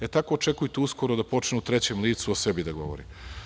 E, tako očekujte uskoro da počnu u trećem licu o sebi do govore.